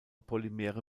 polymere